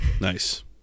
Nice